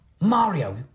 Mario